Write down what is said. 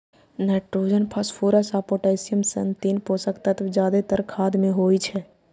nitrogen, phosphorus आ potassium सन तीन पोषक तत्व जादेतर खाद मे होइ छै